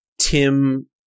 Tim